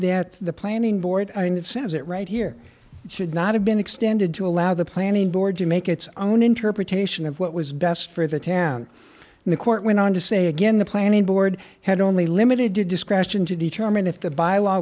that the planning board in that says it right here should not have been extended to allow the planning board to make its own interpretation of what was best for the town and the court went on to say again the planning board had only limited to discretion to determine if the by law